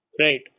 Right